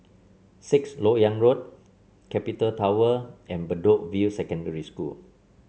Sixth LoK Yang Road Capital Tower and Bedok View Secondary School